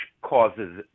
causes